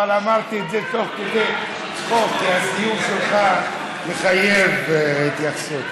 אבל אמרתי את זה תוך כדי צחוק כי הסיום שלך מחייב התייחסות,